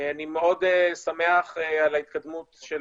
אני מאוד שמח על ההתקדמות של